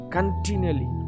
Continually